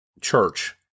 Church